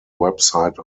website